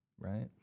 right